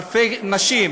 אלפי נשים,